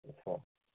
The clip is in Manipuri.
ꯑꯣ